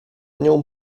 nią